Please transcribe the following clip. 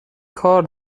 کار